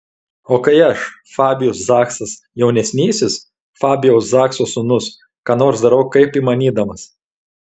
o kai aš fabijus zachsas jaunesnysis fabijaus zachso sūnus ką nors darau kaip įmanydamas